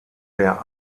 der